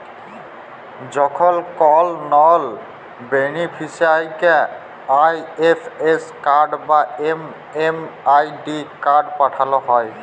যখন কল লন বেনিফিসিরইকে আই.এফ.এস কড বা এম.এম.আই.ডি কড পাঠাল হ্যয়